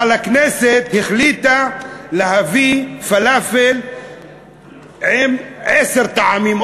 אבל הכנסת החליטה להביא פלאפל עם עשרה טעמים,